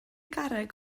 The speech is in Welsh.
garreg